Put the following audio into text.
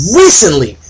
recently